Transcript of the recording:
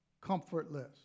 comfortless